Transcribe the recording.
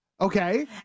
Okay